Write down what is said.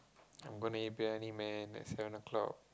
I'm gonna eat biryani man at seven o-clock